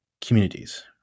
communities